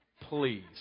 Please